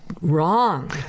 Wrong